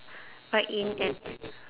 ride in at